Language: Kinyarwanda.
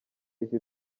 yahise